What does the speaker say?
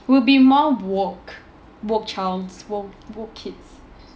will be more woke woke child woke kids